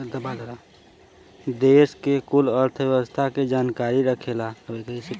देस के कुल अर्थव्यवस्था के जानकारी रखेला